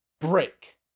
break